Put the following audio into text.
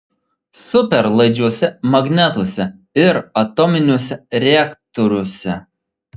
superlaidžiuose magnetuose ir atominiuose reaktoriuose